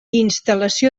instal·lació